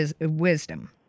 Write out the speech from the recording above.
wisdom